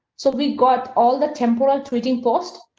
so, we got all the temporal tweeting post,